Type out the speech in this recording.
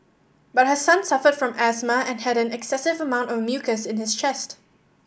but her son suffered from asthma and had an excessive amount of mucus in his chest